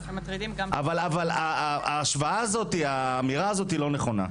אבל האמירה הזאת לא נכונה.